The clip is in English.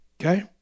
okay